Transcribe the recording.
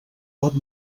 pot